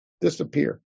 disappear